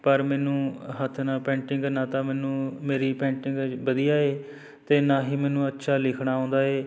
ਪਰ ਮੈਨੂੰ ਹੱਥ ਨਾਲ ਪੇਂਟਿੰਗ ਨਾ ਤਾਂ ਮੈਨੂੰ ਮੇਰੀ ਪੇਂਟਿੰਗ ਵਧੀਆ ਹੈ ਅਤੇ ਨਾ ਹੀ ਮੈਨੂੰ ਅੱਛਾ ਲਿਖਣਾ ਆਉਂਦਾ ਹੈ